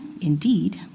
indeed